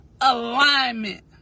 alignment